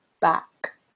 back